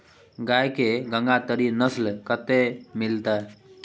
गाय के गंगातीरी नस्ल कतय मिलतै?